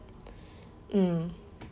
mm